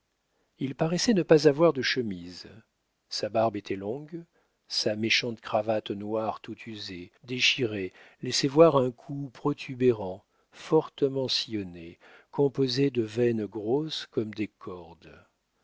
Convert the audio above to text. il paraissait ne pas avoir de chemise sa barbe était longue sa méchante cravate noire tout usée déchirée laissait voir un cou protubérant fortement sillonné composé de veines grosses comme des cordes